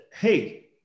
hey